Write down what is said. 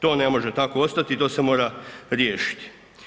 To ne može tako ostati i to se mora riješiti.